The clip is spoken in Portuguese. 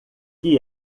que